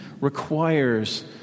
requires